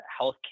healthcare